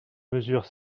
mesure